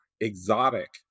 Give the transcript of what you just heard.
exotic